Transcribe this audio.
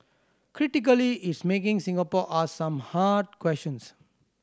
critically is making Singapore ask some hard questions